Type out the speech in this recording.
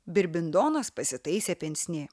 birbindonas pasitaisė pensnė